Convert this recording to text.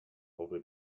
over